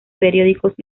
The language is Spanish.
periódicos